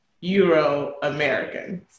Euro-Americans